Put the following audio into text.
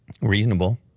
reasonable